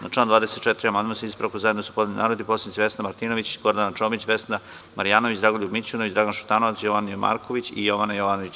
Na član 24. amandman, sa ispravkom, zajedno su podneli narodni poslanici Vesna Martinović, Gordana Čomić, Vesna Marjanović, Dragoljub Mićunović, Dragan Šutanovac, Jovan Marković i Jovana Jovanović.